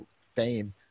fame